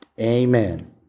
Amen